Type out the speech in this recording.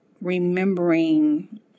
remembering